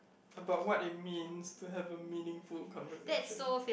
about what it means to have a meaningful conversation